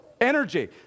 energy